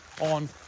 on